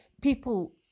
people